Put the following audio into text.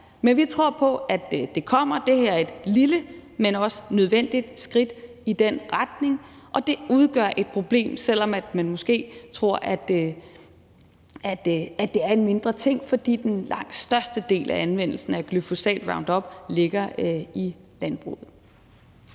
Men vi tror på, at det kommer. Det her er et lille, men også nødvendigt skridt i den retning. Og det udgør et problem, selv om man måske tror, at det er en mindre ting, fordi langt den største del af anvendelsen af glyfosat/Roundup ligger i landbruget.